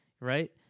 Right